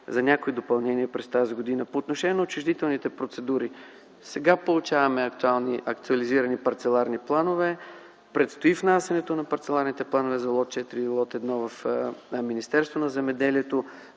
за някои допълнения през тази година. По отношение на отчуждителните процедури, сега получаваме актуални, актуализирани парцеларни планове. Предстои внасянето на парцеларните планове за лот 4 и лот 1 в Министерството на земеделието,